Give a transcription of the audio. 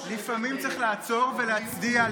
לפעמים צריך לעצור ולהצדיע.